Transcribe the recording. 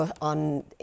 on